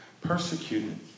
Persecuted